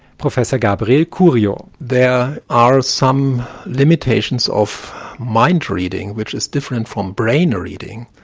professor gabriel curio. there are some limitations of mind-reading which is different from brain-reading.